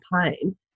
pain